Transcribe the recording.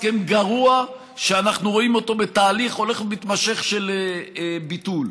הסכם גרוע שאנחנו רואים אותו בתהליך הולך ומתמשך של ביטול,